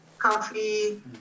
coffee